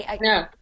no